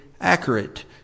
accurate